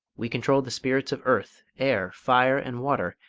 we control the spirits of earth, air, fire, and water,